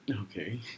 Okay